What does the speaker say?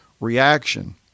reaction